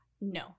No